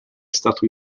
stato